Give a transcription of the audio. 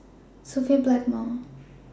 Sophia Blackmore